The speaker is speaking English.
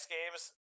Games